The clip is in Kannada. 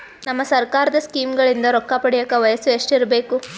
ನಮ್ಮ ಸರ್ಕಾರದ ಸ್ಕೀಮ್ಗಳಿಂದ ರೊಕ್ಕ ಪಡಿಯಕ ವಯಸ್ಸು ಎಷ್ಟಿರಬೇಕು?